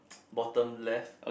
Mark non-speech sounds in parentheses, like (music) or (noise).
(noise) bottom left